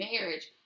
marriage